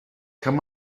kann